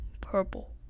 purple